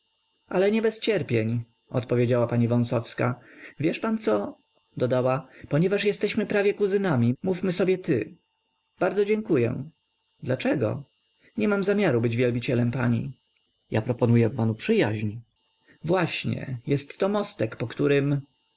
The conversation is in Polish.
ale nie bez cierpień odpowiedziała pani wąsowska wiesz pan co dodała ponieważ jesteśmy prawie kuzynami mówmy sobie ty bardzo dziękuję dlaczego nie mam zamiaru być wielbicielem pani ja proponuję panu przyjaźń właśnie jestto mostek po którym